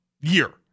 year